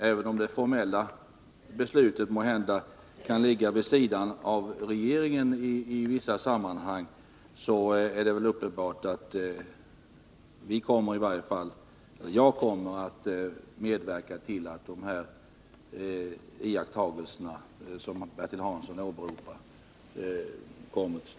Även om det formella beslutet måhända kan ligga vid sidan av regeringen i vissa sammanhang, kommer jag naturligtvis att medverka till att sådana iakttagelser som Bertil Hansson åberopar beaktas.